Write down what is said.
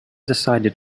decided